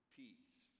peace